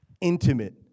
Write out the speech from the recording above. Intimate